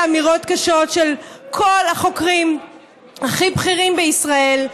אמירות קשות של כל החוקרים הכי בכירים בישראל,